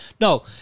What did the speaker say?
No